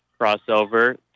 Crossover